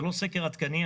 זה לא סקר עדכני,